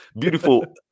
Beautiful